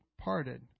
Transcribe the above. parted